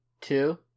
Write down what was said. two